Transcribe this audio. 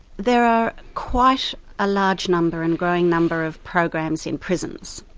there are quite a large number and growing number of programs in prisons.